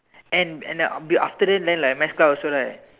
and and then after then like math class also right